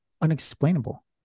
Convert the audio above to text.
unexplainable